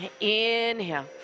Inhale